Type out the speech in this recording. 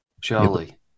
Charlie